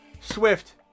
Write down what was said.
Swift